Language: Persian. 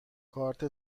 کارت